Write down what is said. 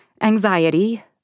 anxiety